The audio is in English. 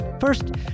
First